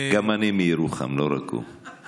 גם אני מירוחם, לא רק הוא.